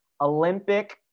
olympic